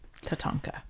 Tatanka